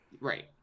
Right